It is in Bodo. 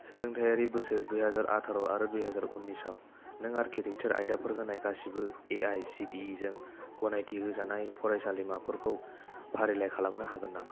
सोलोंथायरि बोसोर दुइ हाजार आथार' आरो दुइ हाजार उन्निसआव नों आर्किटेकसार आयदाफोर होनाय गासैबो A I C T E जों गनायथि होजानाय फरायसालिमाफोरखौ फारिलाइ खालामनो हागोन नामा